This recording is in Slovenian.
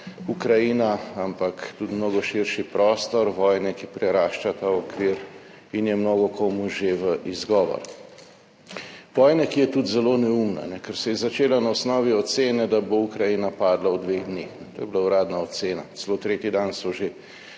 Ukrajina, ampak tudi mnogo širši prostor, vojna, ki prerašča ta okvir in je mnogo komu že v izgovor, vojna, ki je tudi zelo neumna, ker se je začela na osnovi ocene, da bo Ukrajina padla v dveh dneh, to je bila uradna ocena, celo tretji dan so že